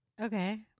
Okay